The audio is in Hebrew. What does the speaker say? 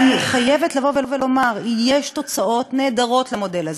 אני חייבת לומר: יש תוצאות נהדרות למודל הזה,